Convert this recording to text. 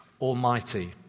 Almighty